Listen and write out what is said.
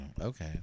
okay